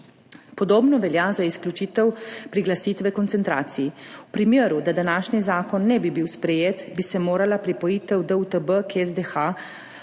Podobno velja za izključitev priglasitve koncentracij. V primeru, da današnji zakon ne bi bil sprejet, bi se morala pripojitev DUTB k SDH